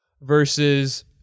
versus